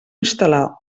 instal·lar